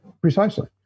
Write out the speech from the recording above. Precisely